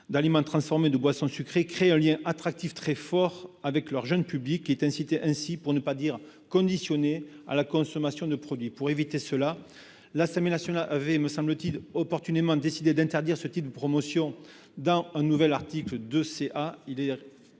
d'aliments transformés ou de boissons sucrées crée un lien attractif fort avec leur jeune public, qui est ainsi incité, pour ne pas dire conditionné, à la consommation de ces produits. Pour éviter cela, l'Assemblée nationale avait- opportunément, me semble-t-il -décidé d'interdire ce type de promotion dans un nouvel article 2 CA,